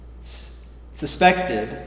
suspected